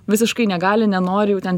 visiškai negali nenori jau ten